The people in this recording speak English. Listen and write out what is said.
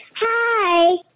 Hi